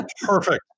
Perfect